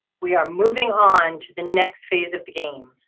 we are moving on to the next phase of the game.